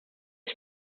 his